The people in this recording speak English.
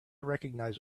recognize